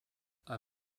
are